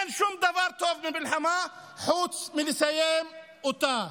אין שום דבר טוב במלחמה חוץ מלסיים אותה.